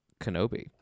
Kenobi